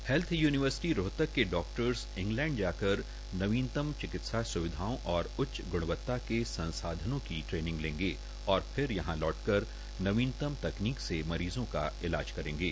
है थ यू नव सट रोहतक के डा टस इं लड जाकर नवीनतम च क सा सु वधाओं और उ च गुणवता के संसाधन का े नंग लगे और फर यहां लौटकर नवीनतम तकनक से मर ज का ईलाज करगे